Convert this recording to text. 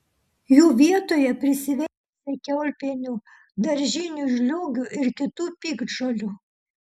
jų vietoje prisiveisia kiaulpienių daržinių žliūgių ir kitų piktžolių